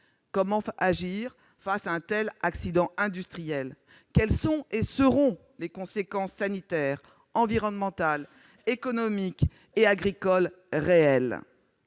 Comment agir face à un tel accident industriel ? Quelles sont et quelles seront les conséquences sanitaires, environnementales, économiques et agricoles réelles ?